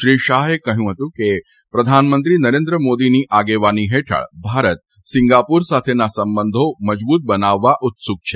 શ્રી શાહે કહ્યું હતું કે પ્રધાનમંત્રી નરેન્દ્રમોદીની આગેવાની હેઠળ ભારત સીંગાપુર સાથેના સંબંધો મજબૂત બનાવવા ઉત્સુક છે